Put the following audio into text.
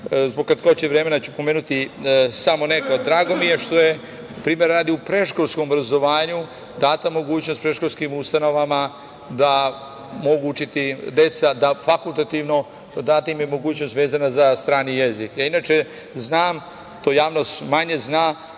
Zbog kratkoće vremena ću pomenuti samo neka. Drago mi je što je, primera radi, u predškolskom obrazovanju data mogućnost predškolskim ustanovama da mogu učiti deca, tj. fakultativno data im je mogućnost vezano za strani jezik. Inače, javnost manje zna,